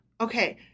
okay